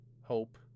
hope